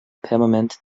permanent